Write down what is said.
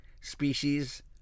species